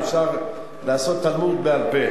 אפשר לעשות תלמוד בעל-פה,